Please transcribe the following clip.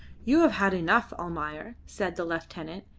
you have had enough, almayer, said the lieutenant,